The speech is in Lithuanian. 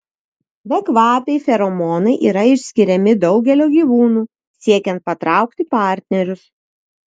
bekvapiai feromonai yra išskiriami daugelio gyvūnų siekiant patraukti partnerius